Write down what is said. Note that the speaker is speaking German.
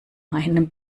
meinem